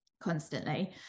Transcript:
constantly